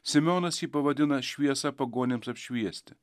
simeonas jį pavadina šviesą pagonims apšviesti